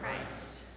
Christ